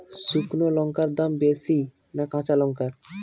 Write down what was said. শুক্নো লঙ্কার দাম বেশি না কাঁচা লঙ্কার?